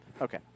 Okay